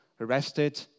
arrested